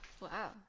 wow